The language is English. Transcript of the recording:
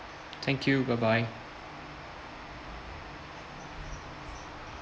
thank you bye bye